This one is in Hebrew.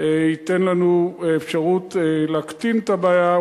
ייתן לנו אפשרות להקטין את הבעיה,